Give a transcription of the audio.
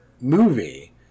movie